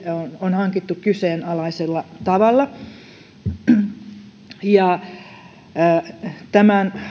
on hankittu kyseenalaisella tavalla tämän